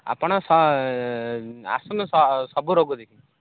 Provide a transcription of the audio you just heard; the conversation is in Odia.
ଆପଣ ଆସନ୍ତୁ ସବୁ ରୋଗ ଦେଖିବେ